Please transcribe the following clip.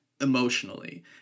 emotionally